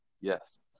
Yes